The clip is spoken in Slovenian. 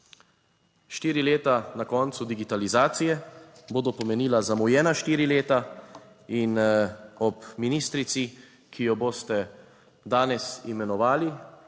Štiri leta na koncu digitalizacije bodo pomenila zamujena štiri leta. In ob ministrici, ki jo boste danes imenovali